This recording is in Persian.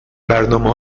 برنامه